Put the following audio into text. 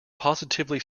positively